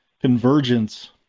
Convergence